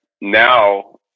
now